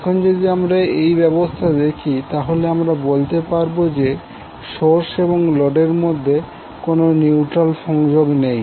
এখন যদি আমরা এই ব্যবস্থা দেখি তাহলে আমরা বলতে পারবো যে সোর্স এবং লোডের মধ্যে কোন নিউট্রাল সংযোগ নেই